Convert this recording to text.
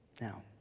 Now